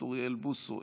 חבר הכנסת אוריאל בוסו,